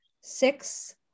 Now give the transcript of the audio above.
six